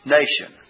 nation